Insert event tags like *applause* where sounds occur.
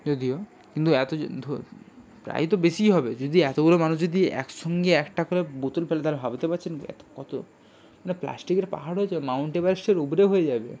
যদিও কিন্তু এতজন *unintelligible* প্রায় তো বেশিই হবে যদি এতগুলো মানুষ যদি একসঙ্গে একটা করে বোতল ফেলে তাহলে ভাবতে পারছেন কত *unintelligible* প্লাস্টিকের পাহাড় হয়ে যাবে মাউন্ট এভারেস্টের উপরে হয়ে যাবে